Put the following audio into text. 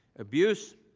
abuse,